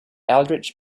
aldrich